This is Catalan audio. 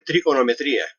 trigonometria